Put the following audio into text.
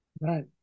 Right